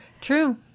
True